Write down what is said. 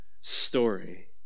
story